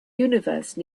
universe